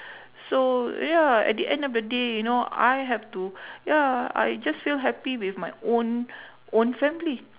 so ya at the end of the day you know I have to ya I just feel happy with my own own family